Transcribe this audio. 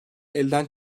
elden